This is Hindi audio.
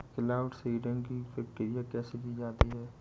क्लाउड सीडिंग की प्रक्रिया कैसे की जाती है?